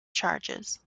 charges